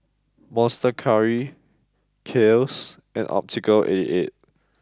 monster Curry Kiehl's and Optical eight eight